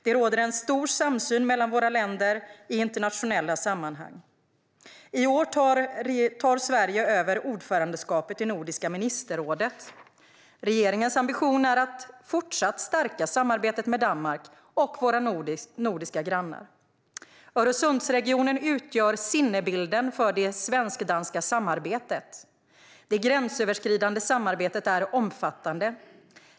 Det råder en stor samsyn mellan våra länder i internationella sammanhang. I år tar Sverige över ordförandeskapet i Nordiska ministerrådet. Regeringens ambition är att fortsätta att stärka samarbetet med Danmark och våra nordiska grannar. Öresundsregionen utgör sinnebilden för det svensk-danska samarbetet. Det gränsöverskridande samarbetet är omfattande.